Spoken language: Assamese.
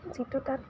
যিটো তাত